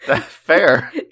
fair